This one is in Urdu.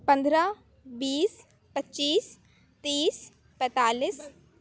پندرہ بیس پچیس تیس پینتالیس